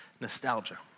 Nostalgia